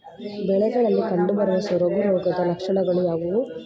ಬೆಳೆಗಳಲ್ಲಿ ಕಂಡುಬರುವ ಸೊರಗು ರೋಗದ ಲಕ್ಷಣಗಳು ಯಾವುವು?